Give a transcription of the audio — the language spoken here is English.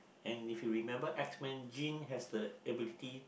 and if you remember X Men Jean has the ability